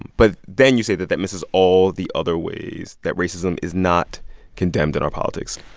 but then you say that that misses all the other ways that racism is not condemned in our politics